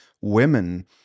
women